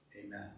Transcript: Amen